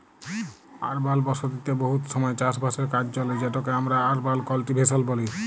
আরবাল বসতিতে বহুত সময় চাষ বাসের কাজ চলে যেটকে আমরা আরবাল কাল্টিভেশল ব্যলি